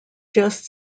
just